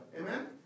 Amen